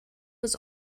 was